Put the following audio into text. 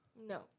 No